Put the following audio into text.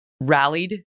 rallied